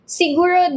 siguro